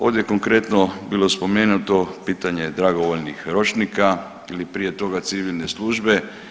Ovdje konkretno bilo je spomenuto pitanje dragovoljnih ročnika ili prije toga civilne službe.